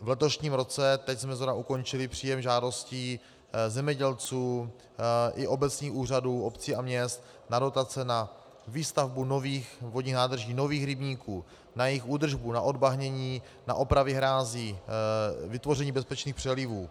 V letošním roce, teď jsme zrovna ukončili příjem žádostí zemědělců i obecních úřadů obcí a měst na dotace na výstavbu nových vodních nádrží, nových rybníků, na jejich údržbu, na odbahnění, na opravy hrází, vytvoření bezpečných přelivů.